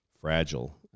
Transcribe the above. fragile